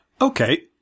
Okay